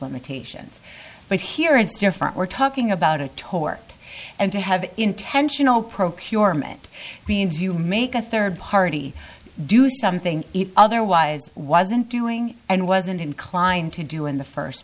limitations but here it's different we're talking about a torque and to have intentional procurement means you make a third party do something it otherwise wasn't doing and wasn't inclined to do in the first